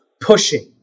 pushing